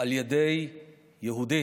על ידי יהודי.